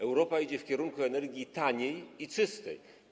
Europa idzie w kierunku energii taniej i czystej.